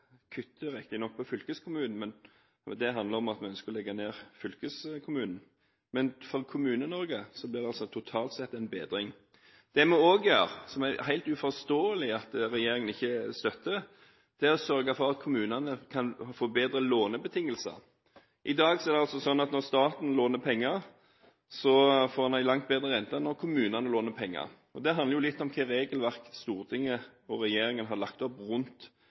kutter riktignok på fylkeskommunen – og det handler om at vi ønsker å legge ned fylkeskommunene – men for Kommune-Norge blir det totalt sett en bedring. Det vi også gjør, som er helt uforståelig at regjeringen ikke støtter, er å sørge for at kommunene kan få bedre lånebetingelser. I dag er det sånn at når staten låner penger, får den lån til en langt bedre rente enn når kommunene låner penger. Det handler litt om hva slags regelverk Stortinget og regjeringen har lagt opp rundt